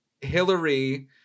Hillary